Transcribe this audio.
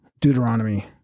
Deuteronomy